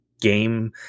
game